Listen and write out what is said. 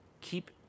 keep